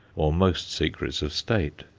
or most secrets of state.